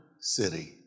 city